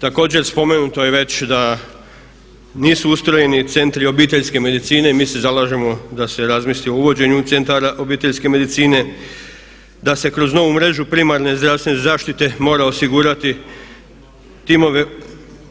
Također spomenuto je već da nisu ustrojeni centri obiteljske medicine i mi se zalažemo da se razmisli o uvođenju centara obiteljske medicine, da se kroz novu mrežu primarne zdravstvene zaštite mora osigurati timove